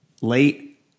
late